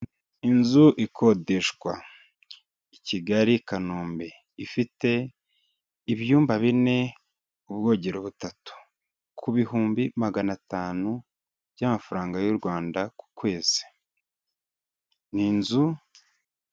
Inzu ikodeshwa i Kigali Kanombe ifite ibyumba bine, ubwogero butatu ku bihumbi magana atanu by'amafaranga y'u Rwanda ku kwezi ni inzu.